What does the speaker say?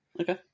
Okay